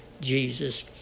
Jesus